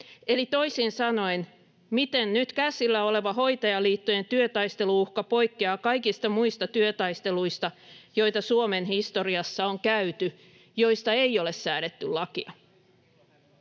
eli toisin sanoen: miten nyt käsillä oleva hoitajaliittojen työtaistelu-uhka poikkeaa kaikista muista työtaisteluista, joita Suomen historiassa on käyty, joista ei ole säädetty lakia.